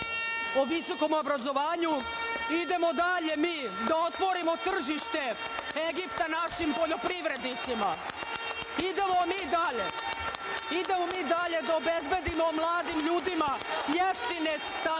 o visokom obrazovanju. Idemo dalje mi da otvorimo tržište Egipta našim poljoprivrednicima. Idemo mi dalje. Idemo mi dalje da obezbedimo mladim ljudima jeftine stambene